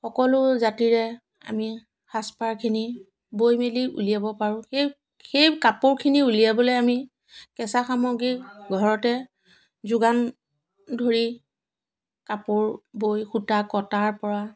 সকলো জাতিৰে আমি সাজপাৰখিনি বৈ মেলি উলিয়াব পাৰোঁ সেই সেই কাপোৰখিনি উলিয়াবলৈ আমি কেঁচা সামগ্ৰী ঘৰতে যোগান ধৰি কাপোৰ বৈ সূতা কটাৰ পৰা